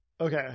Okay